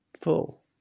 Full